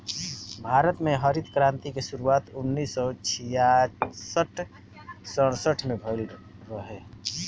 भारत में हरित क्रांति के शुरुआत उन्नीस सौ छियासठ सड़सठ में भइल रहे